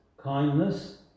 kindness